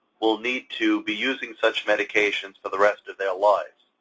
will need to be using such medications for the rest of their lives.